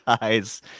guys